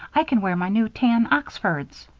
i can wear my new tan oxfords.